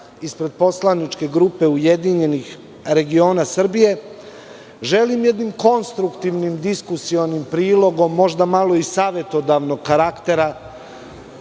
ispred poslaničke grupe URS, želim jednim konstruktivnim diskusionim prilogom, možda malo i savetodavnog karaktera,